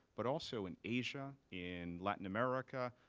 but also in asia, in latin america,